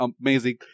amazing